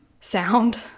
sound